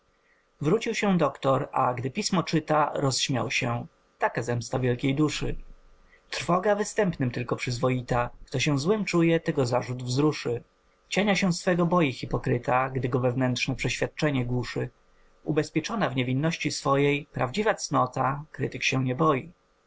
wrócił się doktor a gdy pismo czyta rozśmiał się taka zemsta wielkiej duszy trwoga występnym tylko przyzwoita kto się złym czuje tego zarzut wzruszy cienia się swego boi hipokryta gdy go wewnętrzne przeświadczenie głuszy ubezpieczona w niewinności swojj prawdziwa cnota krytyk się nie boi